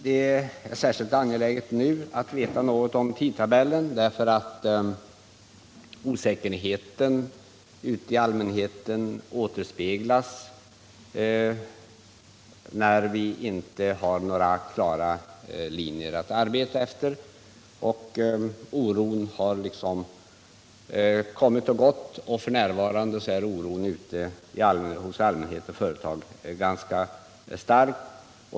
Nu är det särskilt angeläget att veta något om tidtabellen, eftersom osäkerheten ute hos allmänheten växer när vi inte har några klara linjer att arbeta efter. Oron har kommit och gått, och f. n. är den ganska stark.